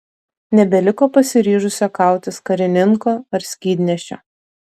nebeliko pasiryžusio kautis karininko ar skydnešio